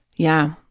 yeah,